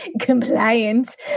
compliant